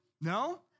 No